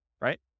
right